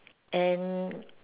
and